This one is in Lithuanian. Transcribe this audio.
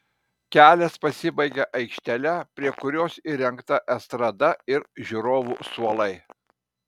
kelias pasibaigia aikštele prie kurios įrengta estrada ir žiūrovų suolai